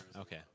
Okay